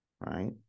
right